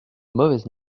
mauvaise